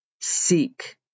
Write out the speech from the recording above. Seek